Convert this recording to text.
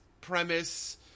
premise